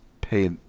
pay